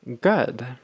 good